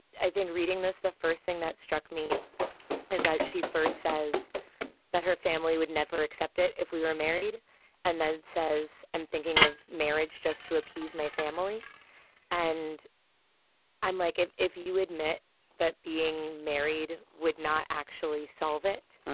i think reading this, the first thing that struck me is that she first says that her family would never accept it if we were married and then says, i'm thinking of marriage just to appease my family and i'm like, if if you admit that being married would not actually solve it.